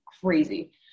crazy